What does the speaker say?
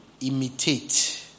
Imitate